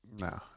No